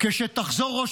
כשתחזור ארצה,